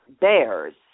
bears